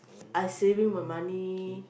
I saving my money